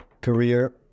career